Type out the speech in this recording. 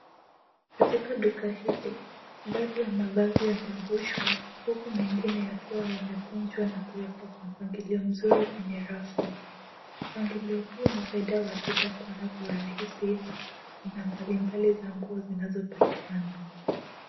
Katika duka hili, baadhi ya mavazi yamefushwa huku mengine yakiwa yamekunjwa na kuwekwa kwa mpangilio mzuri kwenye rafu. Mpangilio huo unasaidia wateja kuona kwa urahisi, aina mbalimbali za nguo zinazopatikana.